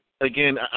again